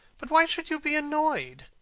but why should you be annoyed?